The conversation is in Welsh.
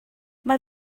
mae